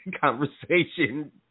conversation